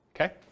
okay